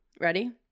Ready